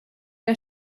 der